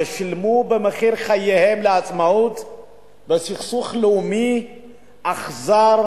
ששילמו על עצמאות בסכסוך לאומי אכזר